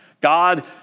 God